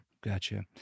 Gotcha